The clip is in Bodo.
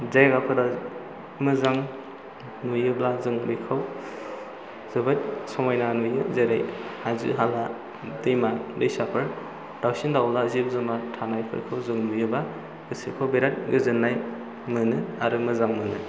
जायगाफोरा मोजां नुयोब्ला जों बेखौ जोबोद समायना नुयो जेरै हाजो हाला दैमा दैसाफोर दाउसिन दाउला जिब जुनार थानायफोरखौ जों नुयोबा गोसोखौ बिराद गोजोननाय मोनो आरो मोजां मोनो